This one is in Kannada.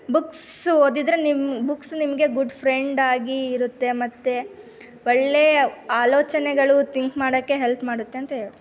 ಬುಕ್ಸ್ ಓದಿದರೆ ನಿಮ್ಮ ಬುಕ್ಸ್ ನಿಮಗೆ ಗುಡ್ ಫ್ರೆಂಡಾಗಿ ಇರುತ್ತೆ ಮತ್ತು ಒಳ್ಳೆಯ ಆಲೋಚನೆಗಳು ಥಿಂಕ್ ಮಾಡೋಕ್ಕೆ ಹೆಲ್ಪ್ ಮಾಡತ್ತೆ ಅಂತ ಹೇಳ್ತೀನಿ